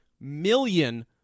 million